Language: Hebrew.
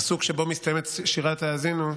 הפסוק שבו מסתיימת שירת האזינו,